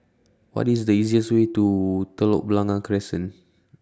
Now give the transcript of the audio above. What IS The easiest Way to Telok Blangah Crescent